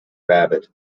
rabbit